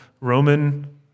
Roman